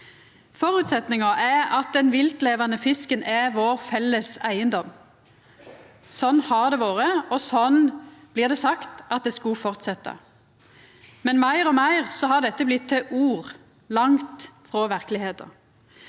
Føresetnaden er at den viltlevande fisken er vår felles eigedom. Sånn har det vore, og sånn blir det sagt at det skulle fortsetja, men meir og meir har dette blitt til ord, langt frå verkelegheita.